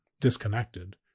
disconnected